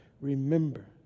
remember